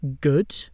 good